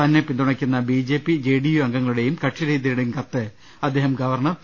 തന്നെ പിന്തുണയ്ക്കുന്ന B J P J D U അംഗങ്ങളുടെയും കക്ഷിരഹിതരുടെയും കത്ത് അദ്ദേഹം ഗവർണർ പി